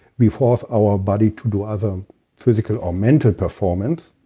we force our body to do other physical or mental performance.